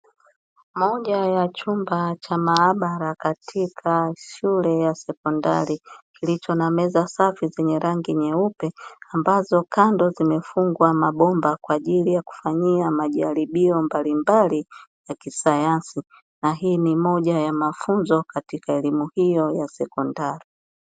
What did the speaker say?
Moja ya chumba cha maabara katika shule ya sekondari kilicho na meza safi chenye rangi nyeupe, ambazo kando zimefungwa na bomba kwa ajili ya kufanyia majaribio mbalimbali ya kisayansi. Na hii ni moja ya mafunzo katika elimu hiyo ya sekondari.